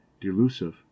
delusive